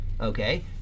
Okay